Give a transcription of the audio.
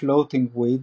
"Floating Weeds",